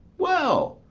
well,